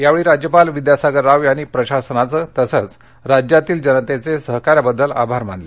यावेळी राज्यपाल विद्यासागर राव यांनी प्रशासनाचे तसंच राज्यातील जनतेचे सहकार्याबद्दल आभार मानले